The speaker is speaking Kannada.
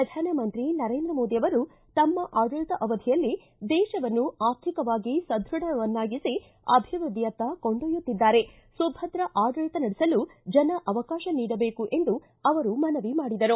ಪ್ರಧಾನಮಂತ್ರಿ ನರೇಂದ್ರ ಮೋದಿ ಅವರು ತಮ್ಮ ಆಡಳಿತ ಅವಧಿಯಲ್ಲಿ ದೇಶವನ್ನು ಆರ್ಥಿಕವಾಗಿ ಸುಧ್ಯಡವನ್ನಾಗಿಸಿ ಅಭಿವ್ಯದ್ದಿಯತ್ತ ಕೊಂಡೊಯ್ಲುತ್ತಿದ್ದಾರೆ ಸುಭದ್ರ ಆಡಳಿತ ನಡೆಸಲು ಜನ ಅವಕಾಶ ನೀಡಬೇಕು ಎಂದು ಅವರು ಮನವಿ ಮಾಡಿದರು